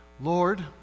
Lord